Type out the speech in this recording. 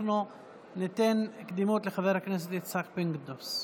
אנחנו ניתן קדימות לחבר הכנסת יצחק פינדרוס.